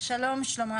שלום שלמה,